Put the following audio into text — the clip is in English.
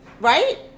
Right